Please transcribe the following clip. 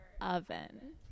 oven